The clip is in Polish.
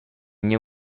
nie